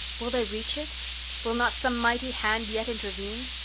will they reach it will not some mighty hand yet intervene?